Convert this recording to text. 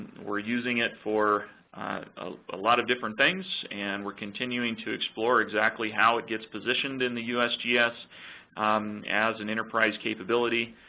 we're using it for a lot of different things, and we're continuing to explore exactly how it gets positioned in the usgs, as an enterprise capability.